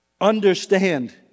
Understand